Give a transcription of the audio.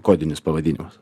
kodinis pavadinimas